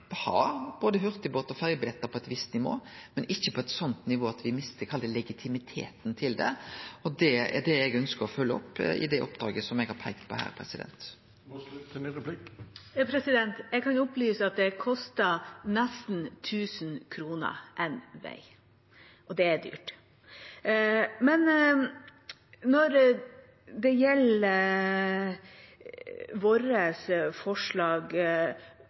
ha både hurtigbåt- og ferjebillettar på eit visst nivå, men ikkje på eit sånt nivå at vi mister legitimiteten til det, og det er det eg ønskjer å følgje opp i det oppdraget som eg har peikt på her. Jeg kan opplyse at det koster nesten 1 000 kr én vei, og det er dyrt.